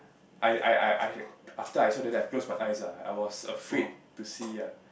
I I I I I after I saw that thing I close my eyes ah I was afraid to see ah